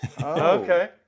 Okay